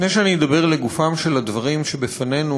לפני שאני אדבר לגופם של הדברים שבפנינו,